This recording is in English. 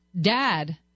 Dad